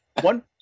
One